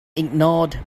ignored